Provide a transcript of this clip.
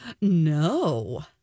No